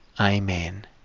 Amen